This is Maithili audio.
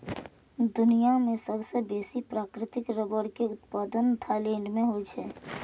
दुनिया मे सबसं बेसी प्राकृतिक रबड़ के उत्पादन थाईलैंड मे होइ छै